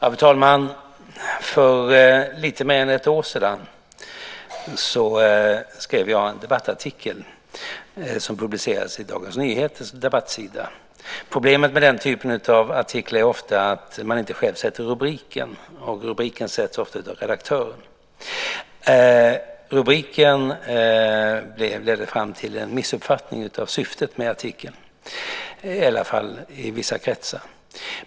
Fru talman! För lite mer än ett år sedan skrev jag en debattartikel som publicerades på Dagens Nyheters debattsida. Problemet med den typen av artiklar är ofta att man inte själv sätter rubriken. Rubriken sätts ofta av redaktören. Rubriken ledde fram till en missuppfattning av syftet med artikeln, i varje fall i vissa kretsar.